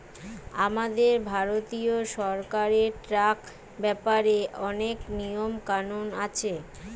আমাদের ভারতীয় সরকারের ট্যাক্স ব্যাপারে অনেক নিয়ম কানুন আছে